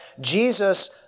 Jesus